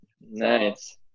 Nice